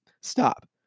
stop